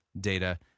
data